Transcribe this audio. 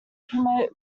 promote